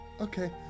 okay